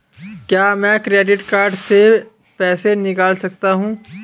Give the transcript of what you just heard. क्या मैं credit card से पैसे निकाल सकता हूँ?